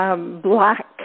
black